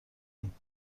ایم